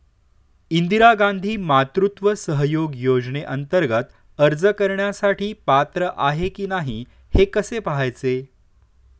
इंदिरा गांधी मातृत्व सहयोग योजनेअंतर्गत अर्ज करण्यासाठी पात्र आहे की नाही हे कसे पाहायचे?